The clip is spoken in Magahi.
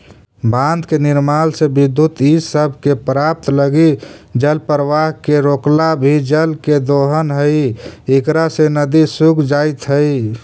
बाँध के निर्माण से विद्युत इ सब के प्राप्त लगी जलप्रवाह के रोकला भी जल के दोहन हई इकरा से नदि सूख जाइत हई